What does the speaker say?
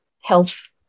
health